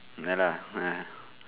ya lah uh